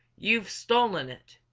you've stolen it!